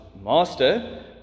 Master